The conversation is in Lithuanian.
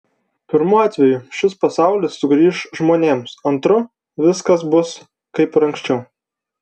pirmu atveju šis pasaulis sugrįš žmonėms antru viskas bus kaip ir anksčiau